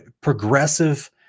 progressive